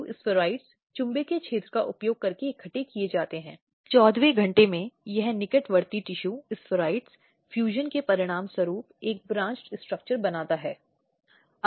तो इस तरह से अधिनियम के हित या उद्देश्य को पराजित किया जाएगा हालांकि 2012 का मामला था जहां यह निर्धारित किया गया था कि इस तरह का कोई प्रतिबंधात्मक अर्थ शब्द को नहीं दिया जा सकता है रिश्तेदार